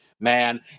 man